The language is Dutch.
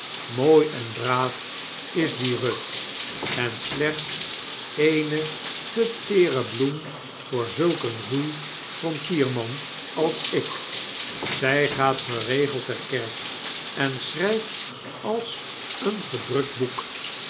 mdoi en braaf is die euth en slechts eene te teere bloem voor zulk een ruw frontierman als ik zy gaat geregeld ter kerk en schryft als een gedrukt boek